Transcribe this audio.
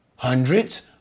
hundreds